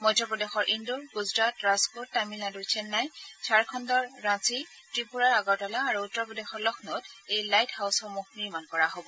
মধ্যপ্ৰদেশৰ ইণ্ডোৰ গুজৰাটৰ ৰাজকোট তামিলনাডুৰ চেন্নাই ঝাৰখণুৰ ৰাঞ্চিত ত্ৰিপূৰাৰ আগৰতলা আৰু উত্তৰপ্ৰদেশৰ লক্ষ্ণৌত এই লাইট হাউচসমূহ নিৰ্মাণ কৰা হব